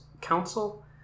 council